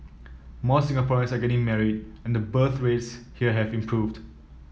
more Singaporeans are getting married and the birth rates here have improved